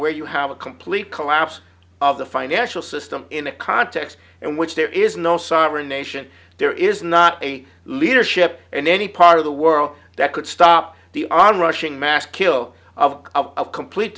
where you have a complete collapse of the financial system in a context in which there is no sovereign nation there is not a leadership in any part of the world that could stop the onrushing maskil of a complete